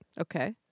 okay